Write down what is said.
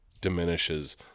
diminishes